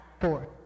four